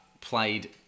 played